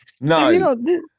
No